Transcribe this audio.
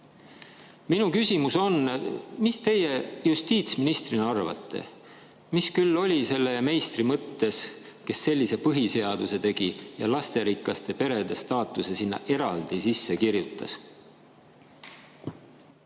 Minu küsimus on, mida teie justiitsministrina arvate: mis küll oli selle meistri mõttes, kes sellise põhiseaduse tegi ja lasterikaste perede [erilise] staatuse sinna sisse kirjutas?